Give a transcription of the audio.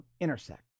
intersect